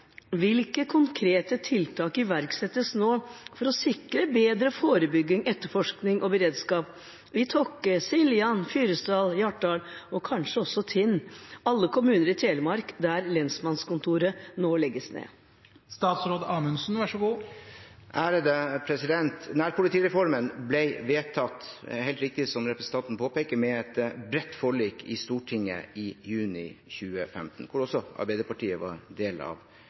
Hvilke konkrete tiltak iverksettes nå for å sikre bedre forebygging, etterforskning og beredskap i Tokke, Siljan, Fyresdal og Hjartdal, alle kommuner i Telemark der lensmannskontoret nå legges ned?» Nærpolitireformen ble, som representanten helt riktig påpeker, vedtatt etter et bredt forlik i Stortinget i juni 2015, hvor også Arbeiderpartiet var en del av